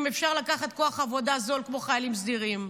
אם אפשר לקחת כוח עבודה זול כמו חיילים סדירים?